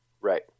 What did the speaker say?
Right